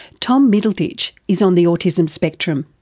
tom middleditch is on the autism spectrum,